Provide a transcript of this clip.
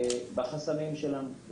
בחסמים שלנו.